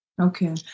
Okay